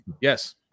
Yes